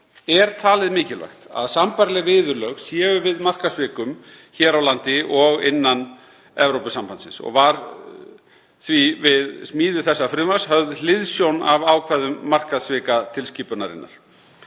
er talið mikilvægt að sambærileg viðurlög séu við markaðssvikum hér á landi og innan Evrópusambandsins og var því við smíði þessa frumvarps höfð hliðsjón af ákvæðum markaðssvikatilskipunarinnar.